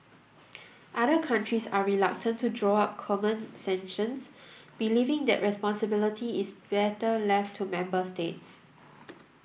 other countries are reluctant to draw up common sanctions believing that responsibility is better left to member states